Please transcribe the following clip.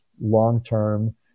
long-term